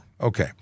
Okay